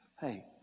Hey